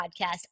podcast